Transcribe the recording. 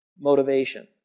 motivation